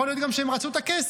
יכול להיות גם שהם רצו את הכסף.